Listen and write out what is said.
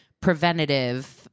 preventative